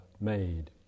made